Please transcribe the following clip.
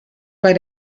bei